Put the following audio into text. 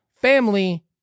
family